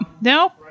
no